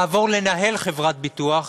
לעבור לנהל חברת ביטוח,